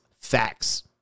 facts